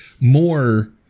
more